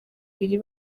ibiri